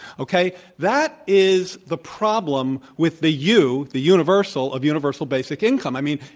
okay? that is the problem with the u the universal of universal basic income. i mean,